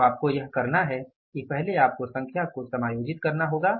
तो आपको यह करना है कि पहला आपको संख्या को समायोजित करना होगा